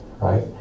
right